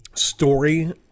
story